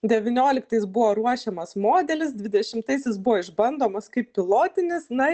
devynioliktais buvo ruošiamas modelis dvidešimtais jis buvo išbandomas kaip pilotinis na